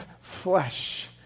flesh